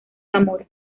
zamora